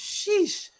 Sheesh